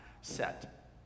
set